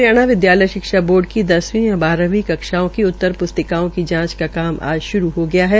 हरियाणा विदयालय शिक्षा बोर्ड की दसवीं व बारहवीं कक्षाओं की उत्तर प्स्तिकाओं की जांच का काम आज शुरू हो गया है